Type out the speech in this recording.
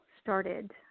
started